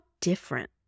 different